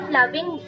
loving